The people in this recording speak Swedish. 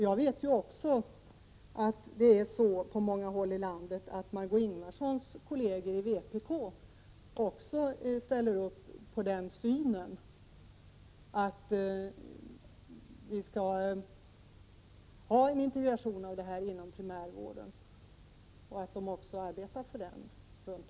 Jag vet också att det på många håll i landet är så att Margö Ingvardssons kolleger i vpk ställer upp på den synen att vi skall ha en integration i primärvården och även arbetar för det.